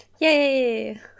Yay